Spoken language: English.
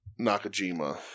Nakajima